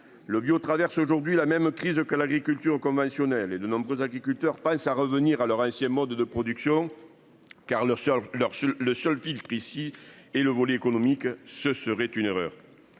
le bio traverse aujourd'hui la même crise que l'agriculture conventionnelle et de nombreux agriculteurs pensent à revenir à leur ancien mode de production. Car leur leur sur le le seul fil ici et le volet économique. Ce serait une erreur.